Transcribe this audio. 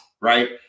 right